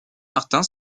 martin